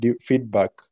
feedback